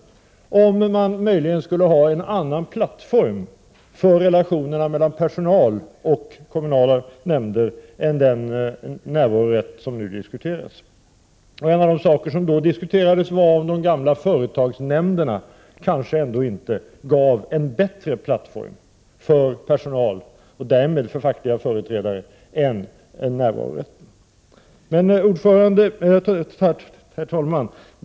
Det diskuteras om man möjligen borde ha en annan plattform för relationerna mellan personalen och kommunala nämnder än den närvarorätt som nu diskuteras. En sak som diskuterades var om inte de gamla företagsnämnderna var en bättre plattform för personalen och därmed de fackliga företrädarna att framföra sina synpunkter än närvarorätten i nämnder och styrelser. Herr talman!